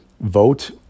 vote